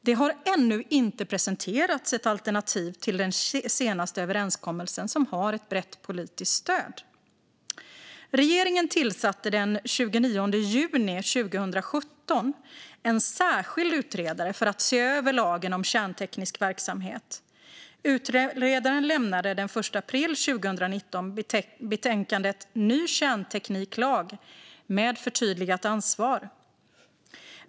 Det har ännu inte presenterats ett alternativ till den senaste överenskommelsen som har ett brett politiskt stöd. Regeringen tillsatte den 29 juni 2017 en särskild utredare för att se över lagen om kärnteknisk verksamhet. Utredaren lämnade den 1 april 2019 betänkandet Ny kärntekniklag - med förtydligat ansvar .